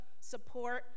support